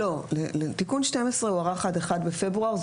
תיקון 12 הוארך עד ה-1 בפברואר.